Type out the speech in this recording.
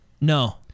No